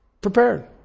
prepared